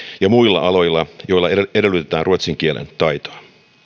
ja muilla aloilla joilla edellytetään ruotsin kielen taitoa